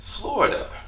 Florida